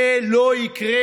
זה לא יקרה.